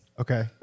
Okay